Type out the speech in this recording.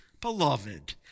Beloved